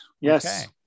Yes